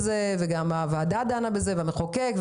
הוועדה והמחוקק דנו בזה,